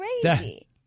crazy